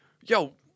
Yo